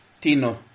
Tino